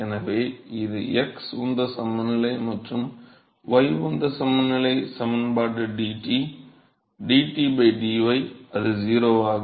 எனவே இது x உந்த சமநிலை மற்றும் y உந்த சமநிலை சமன்பாடு dt dt dy அது 0 ஆகும்